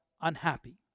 Unhappy